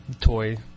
toy